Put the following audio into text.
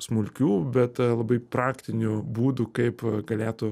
smulkių bet labai praktinių būdų kaip galėtų